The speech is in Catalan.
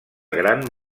gran